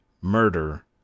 murder